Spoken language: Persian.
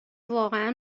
واقعا